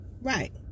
right